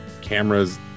cameras